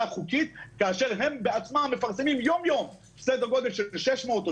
חוקית כאשר הם בעצמם מפרסמים יום יום סדר גודל של 600 או